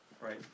Right